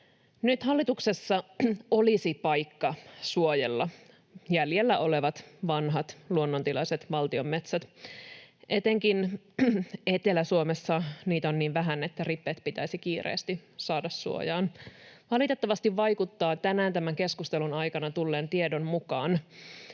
Nyt hallituksessa olisi paikka suojella jäljellä olevat vanhat, luonnontilaiset valtion metsät. Etenkin Etelä-Suomessa niitä on niin vähän, että rippeet pitäisi kiireesti saada suojaan. Valitettavasti vaikuttaa tänään tämän keskustelun aikana tulleen tiedon mukaan,